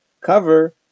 cover